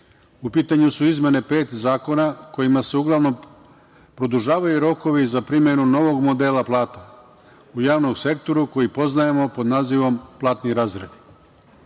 U pitanju su izmene pet zakona kojima se uglavnom produžavaju rokovi za primenu novog modela plata u javnom sektoru koji poznajemo pod nazivom – platni